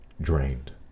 drained